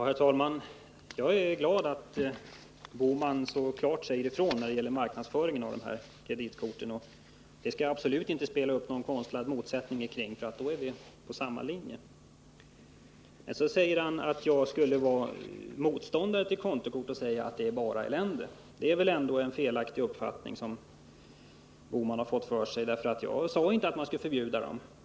Herr talman! Jag är glad att Gösta Bohman så klart säger ifrån när det gäller marknadsföringen av kreditkort, och jag skall absolut inte spela upp någon konstlad motsättning kring det, för då är vi på samma linje. Sedan säger herr Bohman att jag skulle vara motståndare till kontokort och anse att de bara medför elände. Det är väl ändå en felaktig uppfattning som herr Bohman har fått för sig. Jag sade inte att kreditkorten borde förbjudas.